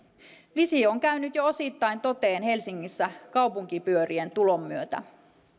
visio on käynyt jo osittain toteen helsingissä kaupunkipyörien tulon myötä